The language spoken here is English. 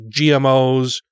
GMOs